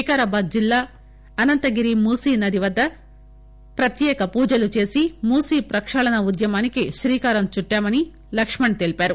వికారాబాద్ జిల్లా అనంతగిరి మూసీనది వద్ద ప్రత్యేక పూజలు చేసి మూసీ ప్రకాళన ఉద్యమానికి శ్రీకారం చుట్లామని లక్కుణ్ తెలిపారు